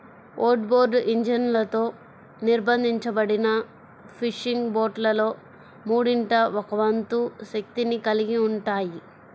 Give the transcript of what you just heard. outboard ఇంజన్లతో నిర్బంధించబడిన fishing బోట్లలో మూడింట ఒక వంతు శక్తిని కలిగి ఉంటాయి